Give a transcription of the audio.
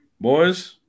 Boys